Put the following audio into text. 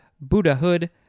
buddhahood